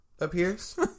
appears